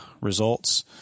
results